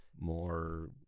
more